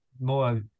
more